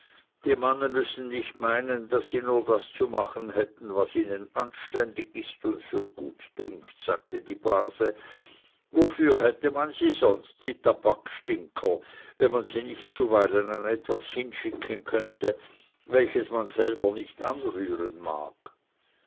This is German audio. die manne müssen nicht meinen daß sie nur das zu machen hätten was ihnen anständig ist und für gut dünkt sagte die base wofür hätte man sie sonst die tabakstinker wenn man sie nicht zuweilen an etwas hinschicken könnte welches man nicht selbst anrühren mag